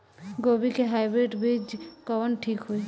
गोभी के हाईब्रिड बीज कवन ठीक होई?